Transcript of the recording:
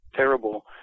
Terrible